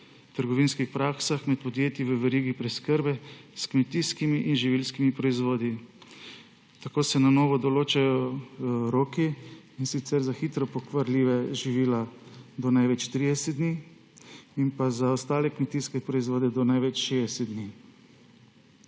trgovinskih praksah med podjetji v verigi preskrbe s kmetijskimi in živilskimi proizvodi. Tako se na novo določajo roki, in sicer za hitro pokvarljiva živila do največ 30 dni in za ostale kmetijske proizvode do največ 60 dni.